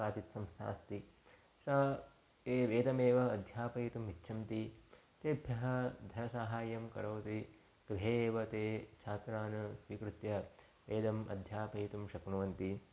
काचित् संस्था अस्ति सा वेदं वेदमेव अध्यापयितुम् इच्छति तेभ्यः धनसाहाय्यं करोति गृहे एव ते छात्रान् स्वीकृत्य वेदम् अध्यापयितुं शक्नुवन्ति